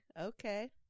okay